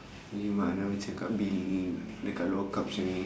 kimak dah macam kat bilik dekat lockup [siol] ni